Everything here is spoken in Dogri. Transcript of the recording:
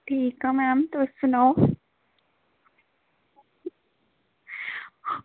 ठीक ऐ मैम तुस सनाओ